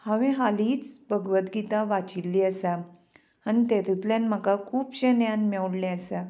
हांवें हालींच भगवत गीता वाचिल्लीं आसा आनी तेतूंतल्यान म्हाका खुबशें ज्ञान मेवलें आसा